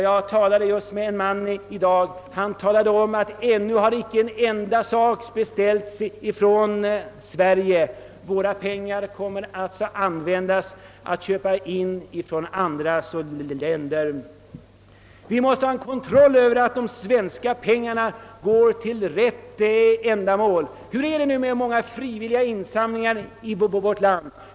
Jag talade just i dag med en man som berättade att ännu har inte en enda sak beställts från Sverige. Våra pengar kommer att användas till inköp från andra länder. Vi måste ha kontroll över att de svens ka pengarna går till rätt ändamål. Hur är det nu ibland med insamlingar i vårt land?